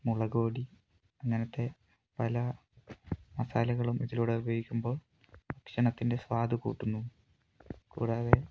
മുളക് പൊടി അങ്ങനത്തെ പല മസാലകളും ഇതിലൂടെ ഉപയോഗിക്കുമ്പോൾ ഭക്ഷണത്തിൻ്റെ സ്വാദ് കൂട്ടുന്നു കൂടാതെ